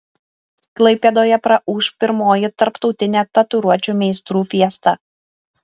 klaipėdoje praūš pirmoji tarptautinė tatuiruočių meistrų fiesta